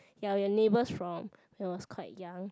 ya we were neighbours from when was quite young